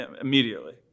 Immediately